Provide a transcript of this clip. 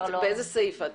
גלית, באיזה סעיף את?